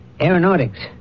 aeronautics